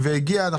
והגיע.